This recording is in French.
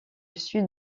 sud